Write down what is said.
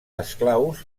esclaus